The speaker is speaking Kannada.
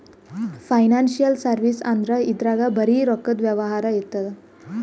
ಫೈನಾನ್ಸಿಯಲ್ ಸರ್ವಿಸ್ ಅಂದ್ರ ಇದ್ರಾಗ್ ಬರೀ ರೊಕ್ಕದ್ ವ್ಯವಹಾರೇ ಇರ್ತದ್